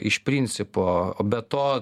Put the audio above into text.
iš principo o be to